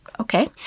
okay